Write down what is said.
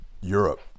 Europe